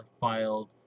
filed